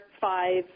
five